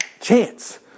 chance